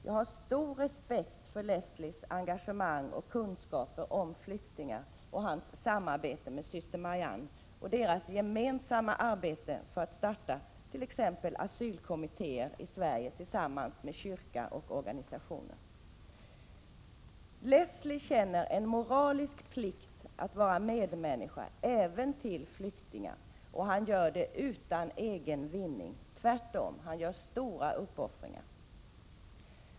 Jag har stor respekt för Leslies engagemang och kunskaper om flyktingar, liksom för hans samarbete med syster Marianne och deras gemensamma arbete för att starta t.ex. asylkommittéer i Sverige tillsammans med kyrka och organisationer. Leslie känner en moralisk plikt att vara medmänniska även till flyktingar, och han gör detta utan egen vinning — tvärtom gör han stora uppoffringar.